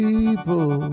people